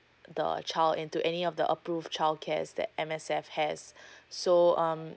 the child into any of the approved childcare as that M_S_F has so um